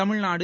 Tamil Nadu